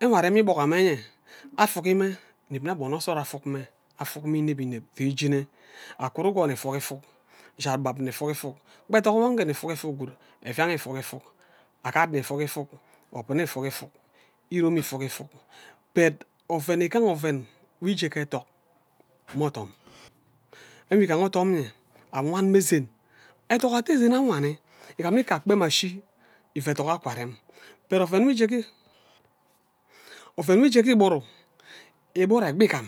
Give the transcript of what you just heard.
Enwe arem igbok amme enye afuki mme agbono nsod afuk mme ineb ineb se ijene akuri gor nni ifuk ifuk jak gbab ini ifuk ifuk gba ehtok ewe ije ifuk ifuk gwod mme eviang ifuk ifuk obuna ifuk ifuk agad nne ifuk ifuk obun ifuk ifuk iromi ifuk ifuk but oven igaha oven nwi ije ge ethok ate san awani igam nge akpem ashi ijie ethok akwa rem but oven nwo ije igburu igburu egbi igam